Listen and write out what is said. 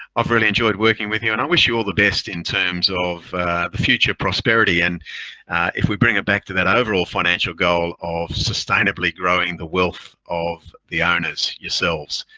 really enjoyed working with you and i wish you all the best in terms of the future prosperity and if we bring it back to that overall financial goal of sustainably growing the wealth of the owners yourselves.